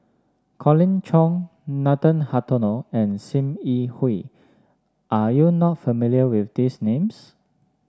Colin Cheong Nathan Hartono and Sim Yi Hui are you not familiar with these names